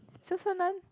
so so none